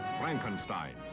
Frankenstein